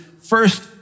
first